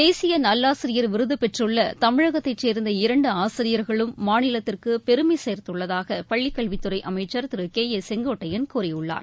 தேசிய நல்லாசிரியர் விருது பெற்றுள்ள தமிழகத்தைச் சேர்ந்த இரண்டு ஆசிரியர்களும் மாநிலத்திற்கு பெருமை சேர்த்துள்ளதாக பள்ளி கல்வித்துறை அமைச்சர் திரு கே ஏ செங்கோட்டையன் கூறியுள்ளார்